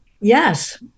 yes